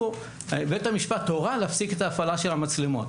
ובית המשפט הורה להפסיק את ההפעלה של המצלמות.